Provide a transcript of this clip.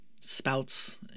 spouts